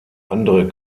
andere